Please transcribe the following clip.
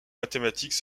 mathématique